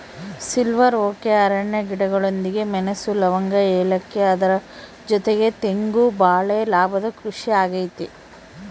silver oak ಅರಣ್ಯ ಗಿಡಗಳೊಂದಿಗೆ ಮೆಣಸು, ಲವಂಗ, ಏಲಕ್ಕಿ ಅದರ ಜೊತೆಗೆ ತೆಂಗು ಬಾಳೆ ಲಾಭದ ಕೃಷಿ ಆಗೈತೆ